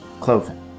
Cloven